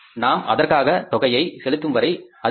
நாம் அதற்கான தொகையை செலுத்தும் வரை அது இருக்கும்